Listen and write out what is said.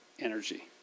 energy